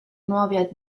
nuove